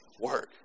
work